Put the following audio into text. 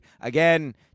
again